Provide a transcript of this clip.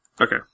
Okay